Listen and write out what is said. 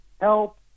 help